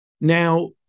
Now